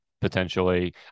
potentially